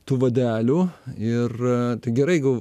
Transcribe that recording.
tu vadelių ir tai gerai jeigu